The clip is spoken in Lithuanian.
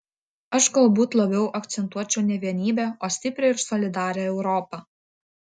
aš galbūt labiau akcentuočiau ne vienybę o stiprią ir solidarią europą